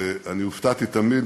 ואני הופתעתי תמיד